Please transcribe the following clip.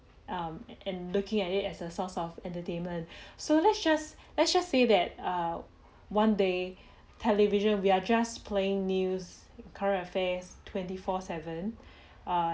um and looking at it as a source of entertainment so let's just let's just say that err one day television we are just playing news current affairs twenty four seven err